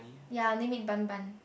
ya name it Bun Bun